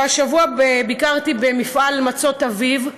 והשבוע ביקרתי במפעל מצות "אביב"